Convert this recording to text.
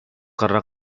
karena